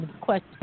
question